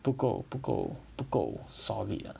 不够不够不够 solid ah